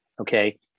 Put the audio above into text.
okay